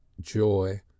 joy